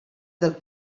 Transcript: del